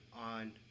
on